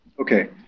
Okay